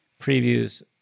previews